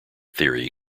theory